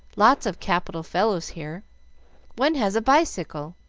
lots of capital fellows here one has a bicycle,